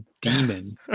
demon